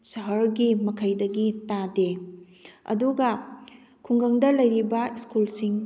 ꯁꯍꯔꯒꯤ ꯃꯈꯩꯗꯒꯤ ꯇꯥꯗꯦ ꯑꯗꯨꯒ ꯈꯨꯡꯒꯪꯗ ꯂꯩꯔꯤꯕ ꯏꯁꯀꯨꯜꯁꯤꯡ